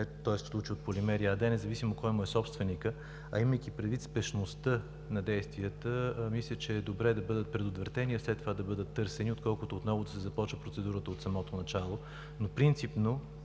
в случая от „Полимери“ АД, независимо кой е собственикът му, а имайки предвид спешността на действията, мисля, че е добре да бъдат предотвратени, а след това да бъдат търсени, отколкото отново да се започва процедурата от самото начало. Но принципно